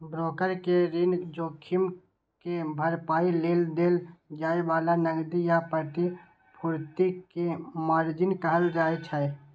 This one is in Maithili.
ब्रोकर कें ऋण जोखिम के भरपाइ लेल देल जाए बला नकदी या प्रतिभूति कें मार्जिन कहल जाइ छै